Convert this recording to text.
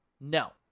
no